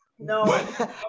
No